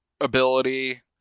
ability